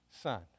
son